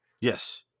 Yes